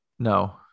No